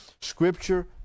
scripture